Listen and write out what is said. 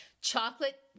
chocolate